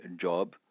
job